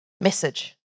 message